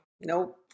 Nope